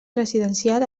residencial